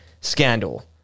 scandal